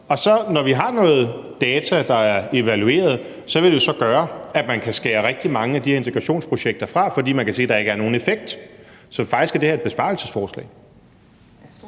og når vi så har noget data, der er evalueret, vil det jo så gøre, at man kan skære rigtig mange af de her integrationsprojekter fra, fordi man kan se, at der ikke er nogen effekt. Så faktisk er det her et besparelsesforslag.